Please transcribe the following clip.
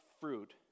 fruit